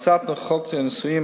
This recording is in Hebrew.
בהצעת חוק הניסויים,